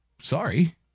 Sorry